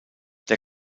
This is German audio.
der